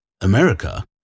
America